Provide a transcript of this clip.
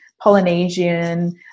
Polynesian